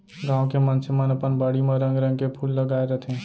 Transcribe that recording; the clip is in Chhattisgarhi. गॉंव के मनसे मन अपन बाड़ी म रंग रंग के फूल लगाय रथें